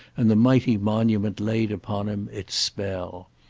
and the mighty monument laid upon him its spell.